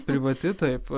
privati taip